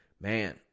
Man